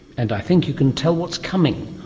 and i think you can tell what's coming.